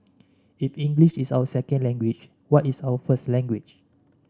if English is our second language what is our first language